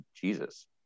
Jesus